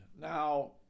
Now